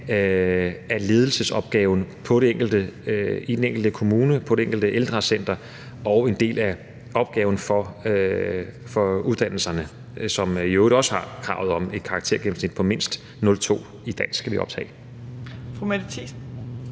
af ledelsesopgaven i den enkelte kommune, på det enkelte ældrecenter og en del af opgaven for uddannelserne, som jo i øvrigt også har kravet om et karaktergennemsnit på mindst 02 i dansk ved optag.